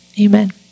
Amen